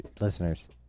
listeners